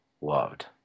loved